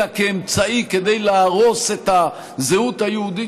אלא כאמצעי כדי להרוס את הזהות היהודית